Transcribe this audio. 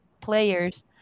players